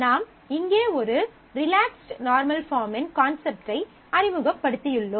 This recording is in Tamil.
நாம் இங்கே ஒரு ரிலாக்ஸ்டு நார்மல் பார்மின் கான்செப்டை அறிமுகப்படுத்தியுள்ளோம்